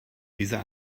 dieser